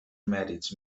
mèrits